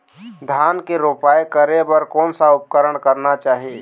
धान के रोपाई करे बर कोन सा उपकरण करना चाही?